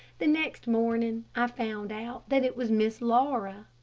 the next morning i found out that it was miss laura.